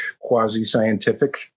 quasi-scientific